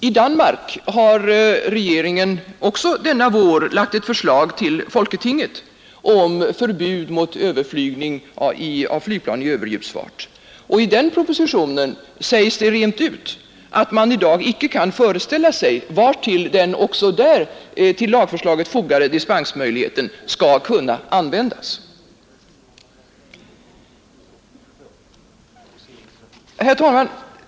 I Danmark har regeringen denna vår lagt fram ett förslag i folketinget om förbud mot överflygning med flygplan i överljudsfart, och i den propositionen sägs rent ut att man icke kan föreställa sig vartill den också där till lagförslaget fogade dispensmöjligheten skall kunna användas. Herr talman!